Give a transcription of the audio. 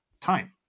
time